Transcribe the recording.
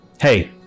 hey